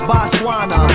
Botswana